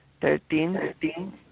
thirteen